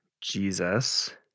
Jesus